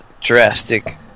drastic